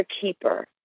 keeper